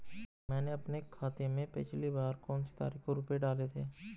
मैंने अपने खाते में पिछली बार कौनसी तारीख को रुपये डाले थे?